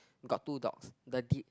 got two dogs the di~